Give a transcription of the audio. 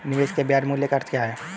निवेश के ब्याज मूल्य का अर्थ क्या है?